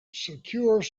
secure